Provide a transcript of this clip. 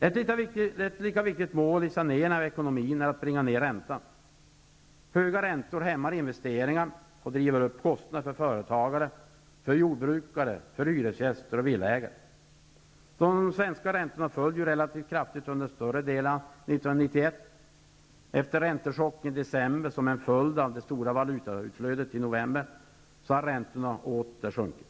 Ett lika viktigt mål i saneringen av ekonomin är att bringa ned räntan. Höga räntor hämmar investeringar och driver upp kostnader för företagare, jordbrukare, hyresgäster och villaägare. De svenska räntorna föll relativt kraftigt under större delen av 1991. Efter räntechocken i december, som blev en följd av det stora valutautflödet i november, har räntorna åter sjunkit.